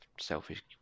selfish